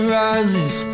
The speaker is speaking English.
rises